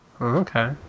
Okay